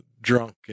drunk